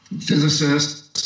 physicists